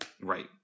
Right